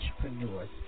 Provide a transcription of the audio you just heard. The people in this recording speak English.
entrepreneurs